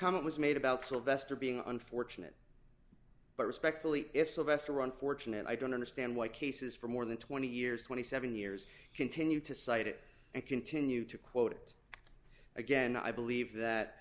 comment was made about sylvester being unfortunate but respectfully if sylvester run fortune and i don't understand why cases for more than twenty years twenty seven years continue to cite it and continue to quote again i believe that